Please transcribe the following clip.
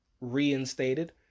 reinstated